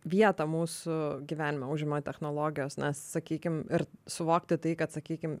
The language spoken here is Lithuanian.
vietą mūsų gyvenime užima technologijos na sakykim ir suvokti tai kad sakykim